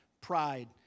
pride